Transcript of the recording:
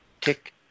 tick